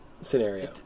scenario